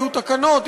יהיו תקנות,